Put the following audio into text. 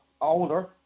older